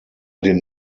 den